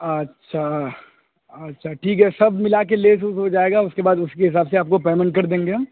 اچھا اچھا ٹھیک ہے سب ملا کے لیس ویس ہوجائے گا اس کے بعد اس کے حساب سے آپ کو پیمنٹ کر دیں گے ہم